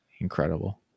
Incredible